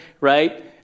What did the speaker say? Right